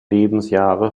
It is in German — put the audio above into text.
lebensjahre